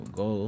go